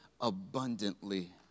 abundantly